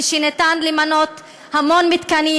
כשניתן למנות המון מתקנים,